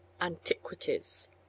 antiquities